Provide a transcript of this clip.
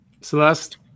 Celeste